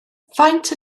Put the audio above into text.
faint